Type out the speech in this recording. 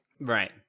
Right